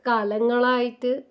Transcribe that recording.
കാലങ്ങളായിട്ട്